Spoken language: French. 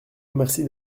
remercie